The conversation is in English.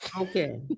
okay